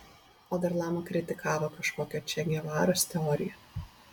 o dar lama kritikavo kažkokio če gevaros teoriją